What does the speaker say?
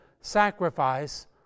sacrifice